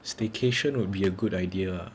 staycation would be a good idea